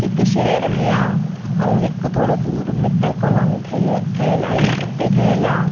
हिक शहर में आहे ऐं हिकु थोरो दूरि मित्तल कॉलोनी ठही ठहियल आहे उते ठहियल आहे